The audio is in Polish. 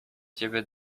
ciebie